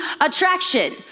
Attraction